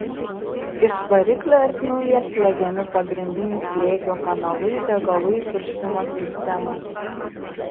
iš variklio ertmių jie slegiami pagrindiniu slėgio kanalu į degalų įpurškimo sistemą